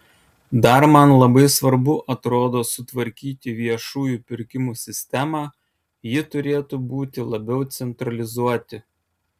dar man labai svarbu atrodo sutvarkyti viešųjų pirkimų sistemą ji turėtų būti labiau centralizuoti